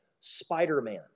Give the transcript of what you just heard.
Spider-Man